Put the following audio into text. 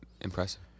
impressive